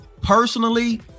personally